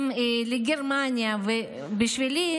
בשבילי,